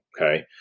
Okay